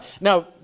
Now